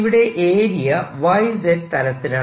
ഇവിടെ area YZ തലത്തിലാണ്